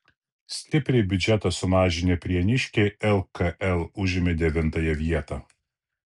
stipriai biudžetą sumažinę prieniškiai lkl užėmė devintąją vietą